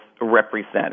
represent